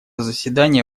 заседание